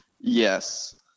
Yes